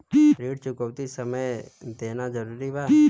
ऋण चुकौती समय से देना जरूरी बा?